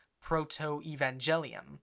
proto-evangelium